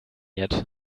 yet